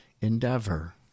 endeavor